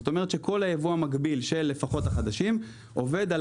זאת אומרת שכל הייבוא המקביל של לפחות החדשים עובד על